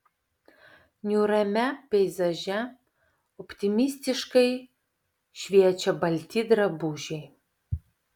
niūriame peizaže optimistiškai šviečia balti drabužiai